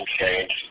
change